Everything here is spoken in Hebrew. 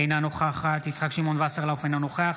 אינה נוכחת יצחק שמעון וסרלאוף, אינו נוכח